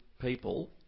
people